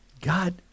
God—